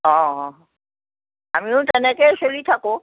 অঁ আমিও তেনেকৈয়ে চলি থাকোঁ